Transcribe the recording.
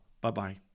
Bye-bye